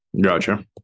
Gotcha